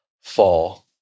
fall